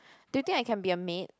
do you think I can be a maid